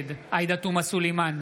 נגד עאידה תומא סלימאן,